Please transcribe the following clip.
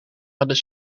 hadden